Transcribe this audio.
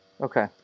Okay